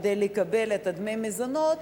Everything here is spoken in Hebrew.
כדי לקבל את דמי המזונות,